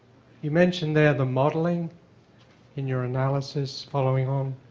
you mentioned there the modeling in your analysis following on,